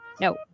No